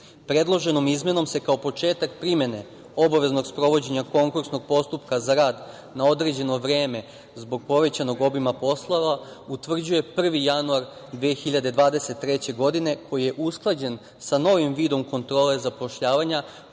Predloženom izmenom se kao početak primene obaveznog sprovođenja konkursnog postupka za rad na određeno vreme zbog povećanog obima poslova utvrđuje 1. januar 2023. godine, koji je usklađen sa novi vidom kontrole zapošljavanja